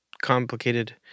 complicated